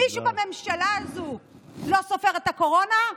מישהו בממשלה הזאת לא סופר את הקורונה.